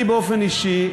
אני באופן אישי,